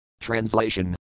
Translation